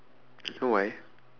know why